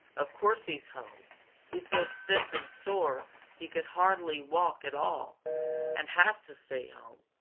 of course he's home he's so stiff and sore he can hardly walk at all and has to stay home,